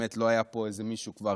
באמת לא היה פה איזה מישהו כבר,